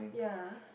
yeah